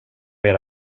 era